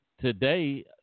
today